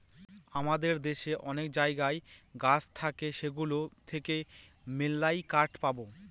আমাদের দেশে অনেক জায়গায় গাছ থাকে সেগুলো থেকে মেললাই কাঠ পাবো